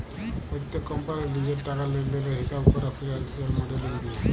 প্যত্তেক কম্পালির লিজের টাকা লেলদেলের হিঁসাব ক্যরা ফিল্যালসিয়াল মডেলিং দিয়ে